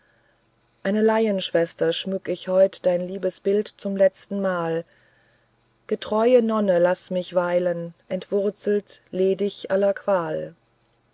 eine laienschwester schmück ich heute dein liebes bild zum letztenmal getreue nonne laß mich weilen entwurzelt ledig aller qual